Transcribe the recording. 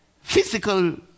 physical